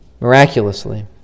miraculously